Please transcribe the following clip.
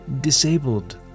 disabled